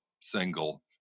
single